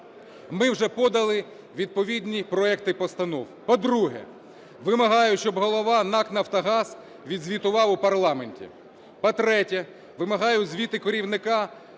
Ми вже подали відповідні проекти постанов; по-друге, вимагаю, щоб голова НАК "Нафтогаз" відзвітував у парламенті; по-третє, вимагаю звіти керівника